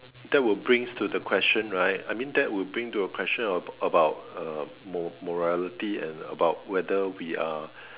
that would brings to the question right I mean that would bring to a question about uh mo~ morality and about whether we are